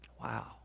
Wow